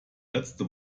letzte